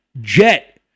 Jet